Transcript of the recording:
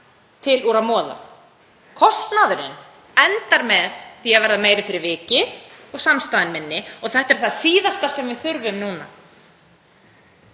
nægu að moða. Kostnaðurinn endar með því að verða meiri fyrir vikið og samstaðan minni. Þetta er það síðasta sem við þurfum núna.